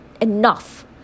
Enough